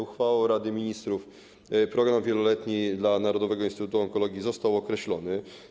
Uchwałą Rady Ministrów program wieloletni dla Narodowego Instytutu Onkologii został określony.